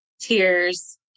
tears